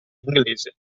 inglese